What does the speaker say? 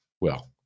Well-